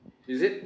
is it